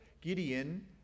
Gideon